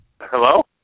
Hello